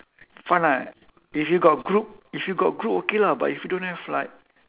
fun lah if you got group if you got group okay lah but if you don't have like